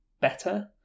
better